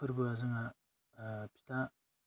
फोरबोआ जोङा फिथा